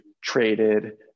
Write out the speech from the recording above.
traded